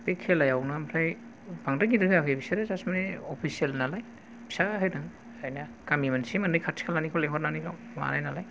बे खेलायावनो ओमफ्राय बांद्राय गेदेर होआखै बिसोरो जास्ट माने अफिसियेल नालाय फिसा होदों ओरैनो गामि मोनसे मोननै खाथि खालानिखौ लिंहरनानाैल' माबानाय नालाय